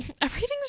everything's